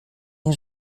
nie